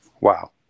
Wow